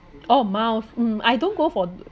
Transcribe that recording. oh miles mm I don't go for